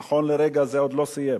נכון לרגע זה, עוד לא סיים.